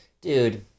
Dude